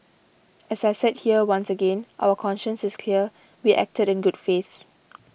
as I said here once again our conscience is clear we acted in good faith